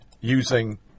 using